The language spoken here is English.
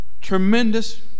tremendous